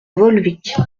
volvic